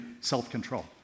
self-control